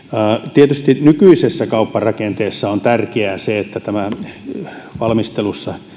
tietysti nykyisessä kaupparakenteessa on tärkeää se että valmistelussa